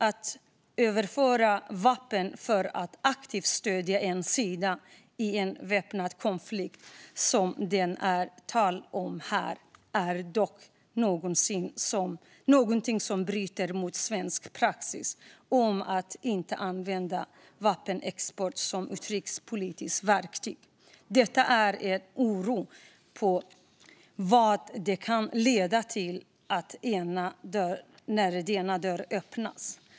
Att överföra vapen för att aktivt stödja en sida i en väpnad konflikt, som det är tal om här, är dock någonting som bryter mot svensk praxis om att inte använda vapenexport som utrikespolitiskt verktyg. Vi ser med oro på vad detta kan leda till när denna dörr öppnas.